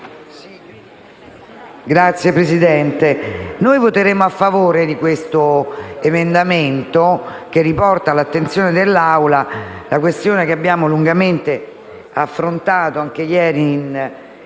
Signora Presidente, voteremo a favore di questo emendamento che riporta all'attenzione dell'Assemblea la questione che abbiamo lungamente affrontato anche ieri, in